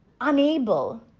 unable